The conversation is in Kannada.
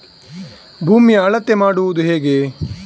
ಭೂಮಿಯ ಅಳತೆ ಮಾಡುವುದು ಹೇಗೆ?